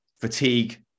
fatigue